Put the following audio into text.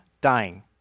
dying